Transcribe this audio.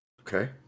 Okay